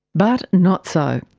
but, not so.